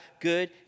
good